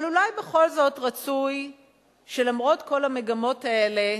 אבל אולי בכל זאת רצוי שלמרות כל המגמות האלה,